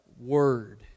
word